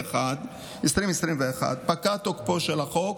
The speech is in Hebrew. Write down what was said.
2021 פקע תוקפו של החוק,